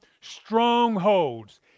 strongholds